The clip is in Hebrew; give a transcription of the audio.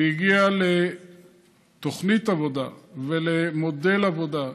והגיע לתוכנית עבודה ולמודל עבודה,